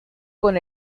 con